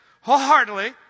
wholeheartedly